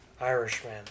Irishman